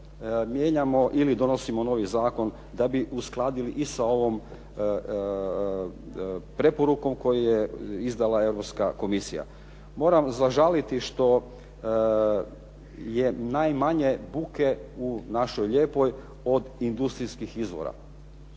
mijenjamo ili donosimo novi zakon da bi uskladili i sa ovom preporukom koju je izdala Europska Komisija. Moram zažaliti što je najmanje buke u našoj lijepoj od industrijskih izvora.